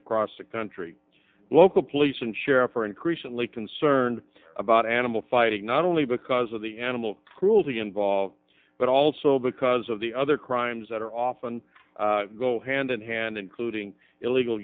across the country local police and sheriffs are increasingly concerned about animal fighting not only because of the animal cruelty involved but also because of the other crimes that are often go hand in hand including illegal